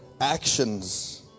actions